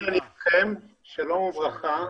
בן-אברהם, בבקשה.